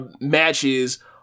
matches